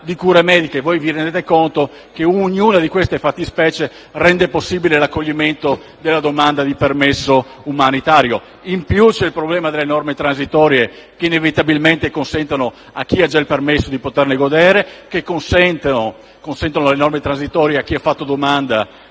di cure mediche. Voi vi renderete conto che ognuna di queste fattispecie rende possibile l'accoglimento della domanda di permesso umanitario. In più c'è il problema delle norme transitorie, che inevitabilmente consentono a chi ha già il permesso di poterne godere, e che consentono a chi ha fatto domanda